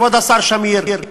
כבוד השר שמיר,